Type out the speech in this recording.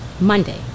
Monday